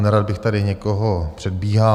Nerad bych tady někoho předbíhal.